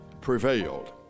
prevailed